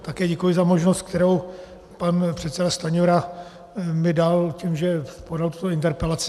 Také děkuji za možnost, kterou mi pan předseda Stanjura dal tím, že podal tuto interpelaci.